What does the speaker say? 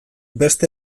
beste